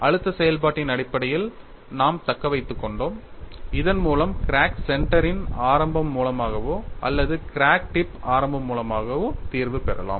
அழுத்த செயல்பாட்டின் அடிப்படையில் நாம் தக்க வைத்துக் கொண்டோம் இதன்மூலம் கிராக் சென்டரின் ஆரம்பம் மூலமாகவோ அல்லது கிராக் டிப் ஆரம்பம் மூலமாகவோ தீர்வு பெறலாம்